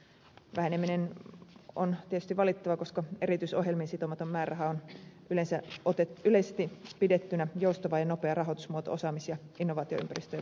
väheneminen on tietysti valitettavaa koska erityisohjelmiin sitomaton määräraha on yleisesti pidettynä joustava ja nopea rahoitusmuoto osaamis ja innovaatioympäristöjen vahvistamiseen